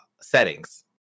settings